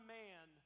man